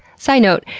side note.